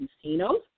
casinos